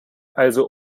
also